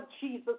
Jesus